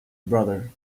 brother